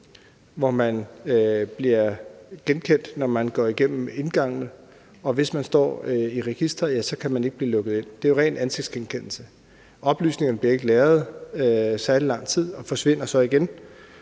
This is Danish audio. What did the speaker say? hvor man bliver genkendt, når man går igennem indgangene, og hvis man står i registeret, ja, så kan man ikke blive lukket ind – det er jo ren ansigtsgenkendelse. Oplysningerne bliver ikke lagret i særlig lang tid og forsvinder så igen.